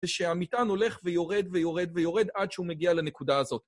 זה שהמטען הולך ויורד ויורד ויורד עד שהוא מגיע לנקודה הזאת.